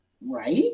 Right